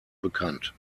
bekannt